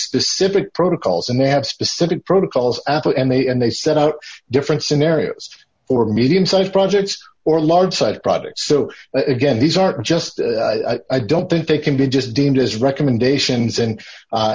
specific protocols and they have specific protocols and they and they set out different scenarios or medium sized projects or large side projects so again these are just i don't think they can be just deemed as recommendations and